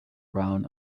brown